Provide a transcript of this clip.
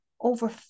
over